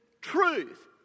truth